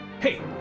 Hey